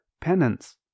penance